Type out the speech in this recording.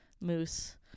moose